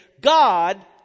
God